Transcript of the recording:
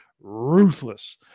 ruthless